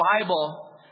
Bible